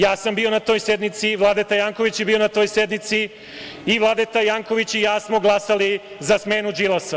Ja sam bio na toj sednici, Vladeta Janković je bio na toj sednici, i Vladeta Janković i ja smo glasali za smenu Đilasa.